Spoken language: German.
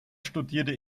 studierte